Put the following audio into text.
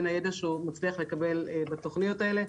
הידע שהוא מצליח לקבל בתוכניות האלה.